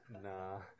Nah